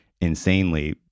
insanely